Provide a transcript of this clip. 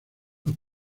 los